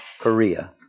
Korea